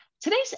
Today's